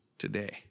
Today